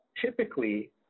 typically